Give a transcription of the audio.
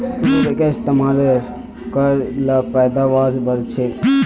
उर्वरकेर इस्तेमाल कर ल पैदावार बढ़छेक